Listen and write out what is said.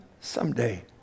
someday